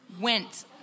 went